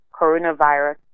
coronavirus